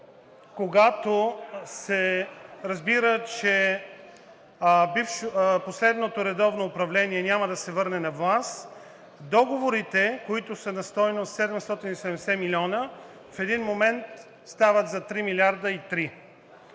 обхвата, се разбира, че последното редовно управление няма да се върне на власт, договорите, които са на стойност 770 милиона, в един момент стават за 3,3 милиарда.